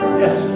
yes